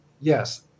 Yes